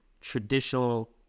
traditional